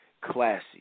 classy